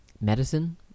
medicine